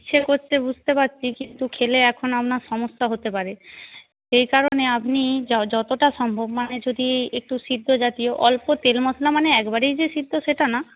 ইচ্ছে করছে বুঝতে পারছি কিন্তু খেলে এখন আপনার সমস্যা হতে পারে এই কারণে আপনি যতটা সম্ভব মানে যদি একটু সিদ্ধ জাতীয় অল্প তেল মশলা মানে একবারেই যে সিদ্ধ সেটা না